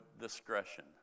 discretion